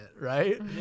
right